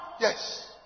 yes